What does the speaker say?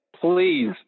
Please